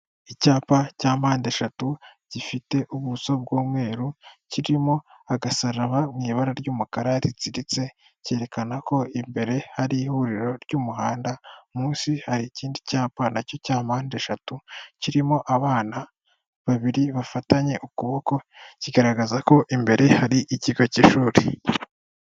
Icyapa cya mpandeshatu, gifite ubuso bw'umweru, kirimo agasaraba mu ibara ry'umukara ritsiritse, cyerekana ko imbere hari ihuriro ry'umuhanda, munsi hari ikindi cyapa n'acyo cya mpandeshatu, kirimo abana babiri bafatanye ukuboko, kigaragaza ko imbere hari ikigo cy'ishuri.